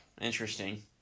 Interesting